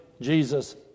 Jesus